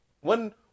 One